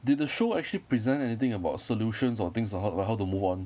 did the show actually present anything about solutions or things about like how to move on